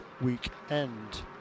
weekend